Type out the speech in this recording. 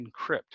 Encrypt